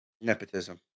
Nepotism